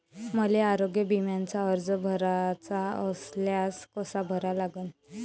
मले आरोग्य बिम्याचा अर्ज भराचा असल्यास कसा भरा लागन?